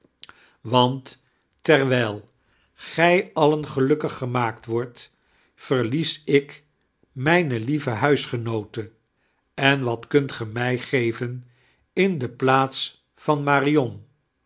want terwijl gij alien gelukkig gemaakfc wordt verlies ik mijne lieve huisgenoote en wat kunt ge mij geven in de plaats van marion